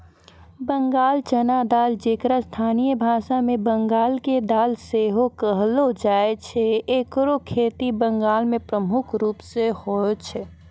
बंगाल चना दाल जेकरा स्थानीय भाषा मे बंगाल के दाल सेहो कहलो जाय छै एकरो खेती बंगाल मे मुख्य रूपो से होय छै